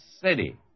city